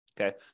Okay